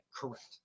Correct